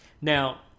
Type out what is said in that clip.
Now